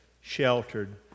sheltered